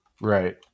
Right